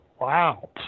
Wow